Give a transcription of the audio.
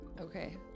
Okay